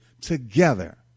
together